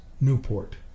Newport